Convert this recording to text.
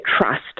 trust